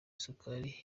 isukari